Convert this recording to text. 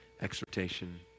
exhortation